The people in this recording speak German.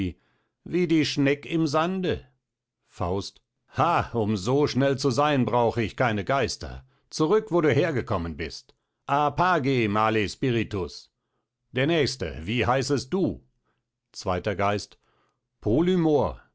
wie die schneck im sande faust ha um so schnell zu sein brauch ich keine geister zurück wo du hergekommen bist apage male spiritus der nächste wie heißest du zweiter geist